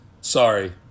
sorry